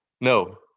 No